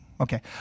Okay